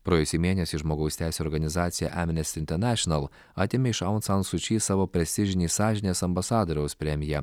praėjusį mėnesį žmogaus teisių organizacija amnest intenešinal atėmė iš on san su či savo prestižinį sąžinės ambasadoriaus premiją